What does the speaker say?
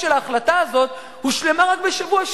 של ההחלטה הזאת הושלמה רק בשבוע שעבר.